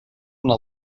una